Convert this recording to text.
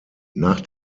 nach